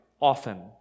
often